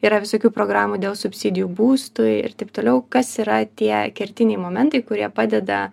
yra visokių programų dėl subsidijų būstui ir taip toliau kas yra tie kertiniai momentai kurie padeda